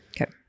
Okay